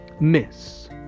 Miss